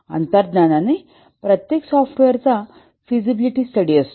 अंतर्ज्ञानानेप्रत्येक सॉफ्टवेअरचा feasibility study असतो